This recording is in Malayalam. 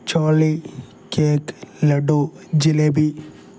ചോളി കേക്ക് ലഡൂ ജിലേബി